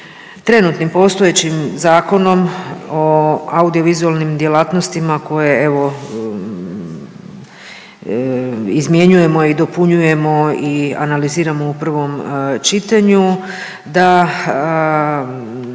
trenutnim postojećim Zakonom o audio vizualnim djelatnosti koje evo izmjenjujemo i dopunjujemo i analiziramo u prvom čitanju, da